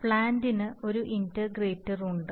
പ്ലാന്റിന് ഒരു ഇന്റഗ്രേറ്റർ ഉണ്ട്